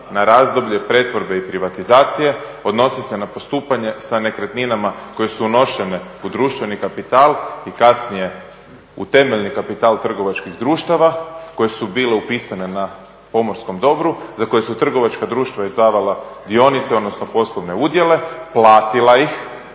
na razdoblje pretvorbe i privatizacije, odnosi se na postupanje sa nekretninama koje su unošene u društveni kapital i kasnije u temeljni kapital trgovačkih društava koje su bile upisane na pomorskom dobru, za koje su trgovačka društva izdavala dionice odnosno poslovne udjele, platila ih,